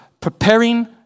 Preparing